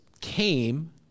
came